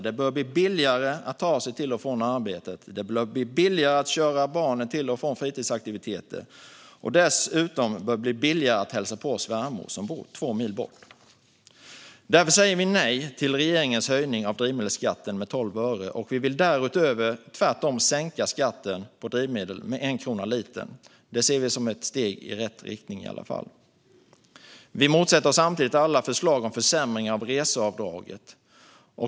Det bör bli billigare att ta sig till och från arbetet, billigare att köra barnen till och från fritidsaktiviteter och dessutom billigare att hälsa på svärmor som bor två mil bort. Därför säger vi nej till regeringens höjning av drivmedelsskatten med 12 öre, och vi vill därutöver tvärtom sänka skatten på drivmedel med 1 krona litern. Det ser vi som ett steg i rätt riktning i alla fall. Vi motsätter oss samtidigt alla förslag om försämringar av reseavdraget.